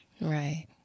Right